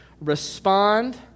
respond